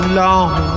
long